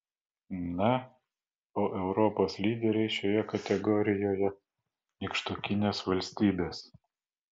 na o europos lyderiai šioje kategorijoje nykštukinės valstybės